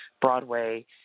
Broadway